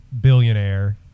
billionaire